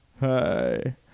Hi